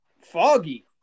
foggy